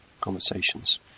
conversations